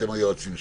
אתם היועצים שלי.